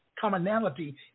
commonality